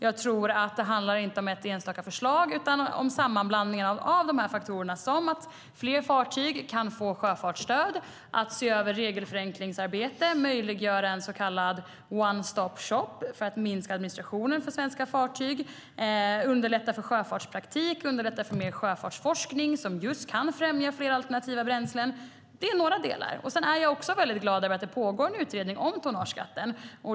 Jag tror inte att det handlar om ett enstaka förslag utan om sammanblandningen av de här faktorerna. Det handlar om att fler fartyg kan få sjöfartsstöd, att se över regelförenklingsarbete, att möjliggöra en så kallad one stop shop för att minska administrationen för svenska fartyg, att underlätta för sjöfartspraktik och att underlätta för mer sjöfartsforskning som just kan främja fler alternativa bränslen. Det är några delar. Sedan är jag väldigt glad över att det pågår en utredning om tonnageskatten.